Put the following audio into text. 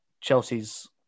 Chelsea's